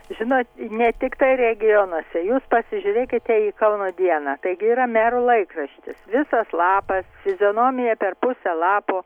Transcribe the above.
žinot ne tiktai regionuose jūs pasižiūrėkite į kauno dieną taigi yra mero laikraštis visas lapas fizionomija per pusę lapo